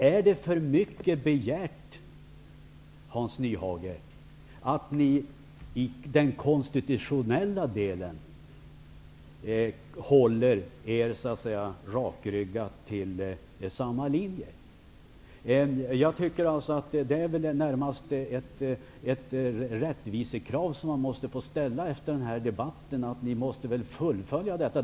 Är det för mycket begärt, Hans Nyhage, att ni i den konstitutionella delen håller er rakryggat på samma linje? Det är väl närmast ett rättvisekrav som man måste ställa efter den här debatten. Ni måste väl fullfölja detta.